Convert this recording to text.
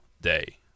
day